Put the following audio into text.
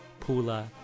Pula